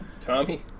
Tommy